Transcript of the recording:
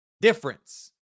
difference